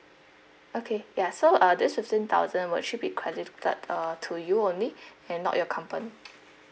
okay ya so uh this fifteen thousand will actually be credited uh to you only and not your company